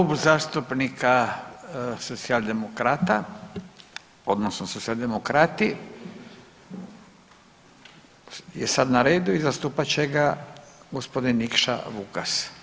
Klub zastupnika Socijaldemokrata odnosno Socijaldemokrati je sad na redu i zastupat će ga gospodin Nikša Vukas.